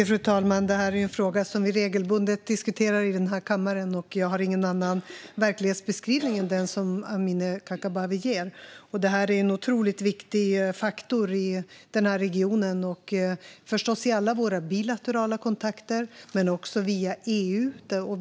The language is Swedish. Fru talman! Detta är en fråga som vi regelbundet diskuterar här i kammaren, och jag har ingen annan verklighetsbeskrivning än den som Amineh Kakabaveh ger. Det här är en otroligt viktig faktor i regionen och förstås i alla våra bilaterala kontakter men också i kontakterna via EU.